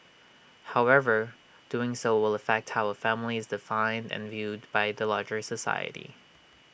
however doing so will affect how A family is defined and viewed by the larger society